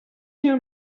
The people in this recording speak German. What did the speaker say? jahren